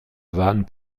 waren